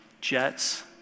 Jets